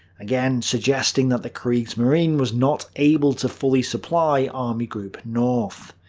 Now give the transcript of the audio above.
again suggesting that the kriegsmarine was not able to fully supply army group north.